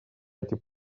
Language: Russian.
эти